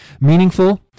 meaningful